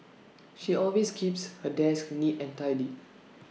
she always keeps her desk neat and tidy